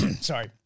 sorry